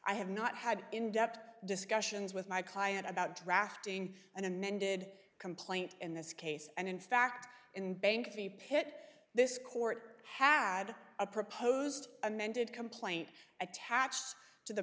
i have not had in depth discussions with my client about drafting an amended complaint in this case and in fact in bank the pitt this court had a proposed amended complaint attached to the